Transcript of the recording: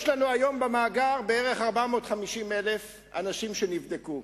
יש לנו היום במאגר בערך 450,000 אנשים שנבדקו.